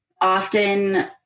often